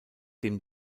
dem